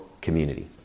community